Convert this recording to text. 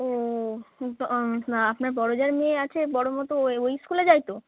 ও তো আপনার বড় জায়ের মেয়ে আছে বড় মতো ওই ওই স্কুলে যায় তো